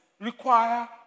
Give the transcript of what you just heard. require